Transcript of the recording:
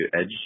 Edge